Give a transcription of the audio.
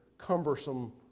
cumbersome